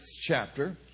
chapter